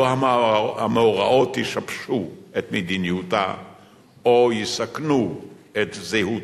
המאורעות ישבשו את מדיניותה או יסכנו את זהותה.